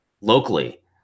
locally